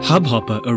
Hubhopper